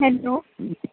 hello